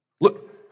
Look